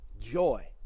joy